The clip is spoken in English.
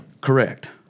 Correct